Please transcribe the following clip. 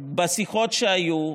בשיחות שהיו,